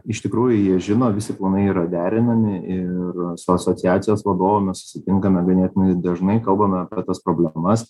iš tikrųjų jie žino visi planai yra derinami ir su asociacijos vadovu mes susitinkame ganėtinai dažnai kalbame apie tas problemas